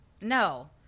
No